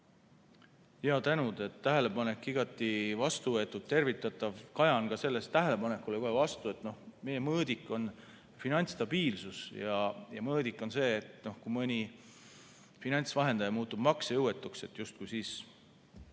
Jaa, tänu! Tähelepanek igati vastu võetud, tervitatav. Kaja on ka sellele tähelepanekule kohe vastu, et meie mõõdik on finantsstabiilsus. Mõõdik on see, et kui mõni finantsvahendaja muutub maksejõuetuks, justkui siis